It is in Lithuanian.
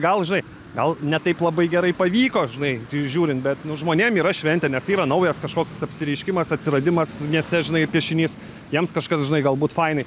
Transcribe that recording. gal žinai gal ne taip labai gerai pavyko žinai žiūrint bet nu žmonėm yra šventė nes yra naujas kažkoks apsireiškimas atsiradimas mieste žinai piešinys jiems kažkas žinai galbūt fainai